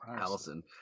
Allison